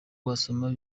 wasoma